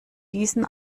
diesen